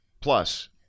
Plus